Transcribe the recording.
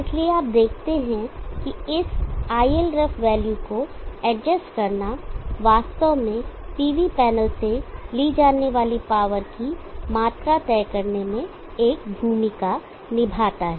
इसलिए आप देखते हैं कि इस ILref वैल्यू को एडजस्ट करना वास्तव में PV पैनल से ली जाने वाली पॉवर की मात्रा तय करने में एक भूमिका निभाता है